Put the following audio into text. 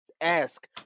ask